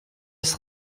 c’est